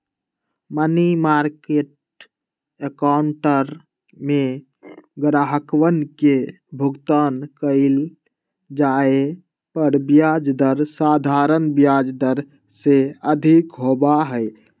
money market account में ग्राहकवन के भुगतान कइल जाये पर ब्याज दर साधारण ब्याज दर से अधिक होबा हई